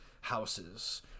houses